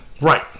right